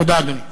תודה, אדוני.